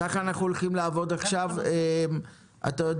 כך אנחנו הולכים לעבוד עכשיו: נתנאל